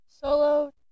Solo